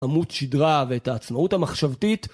עמוד שדרה ואת העצמאות המחשבתית.